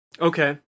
okay